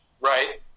right